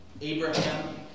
Abraham